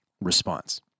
response